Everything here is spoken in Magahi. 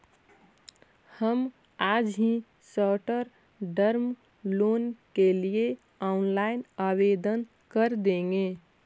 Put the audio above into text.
हम आज ही शॉर्ट टर्म लोन के लिए ऑनलाइन आवेदन कर देंगे